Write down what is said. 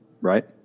right